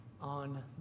on